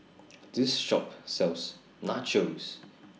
This Shop sells Nachos